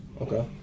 Okay